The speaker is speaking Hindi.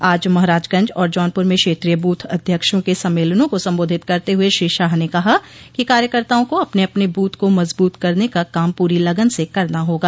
आज महराजगंज और जौनपुर में क्षेत्रीय बूथ अध्यक्षों के सम्मेलनों को संबोधित करते हुए श्री शाह ने कहा कि कार्यकर्ताओं को अपने अपने ब्रथ को मजबूत करने का काम पूरी लगन से करना होगा